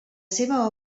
seva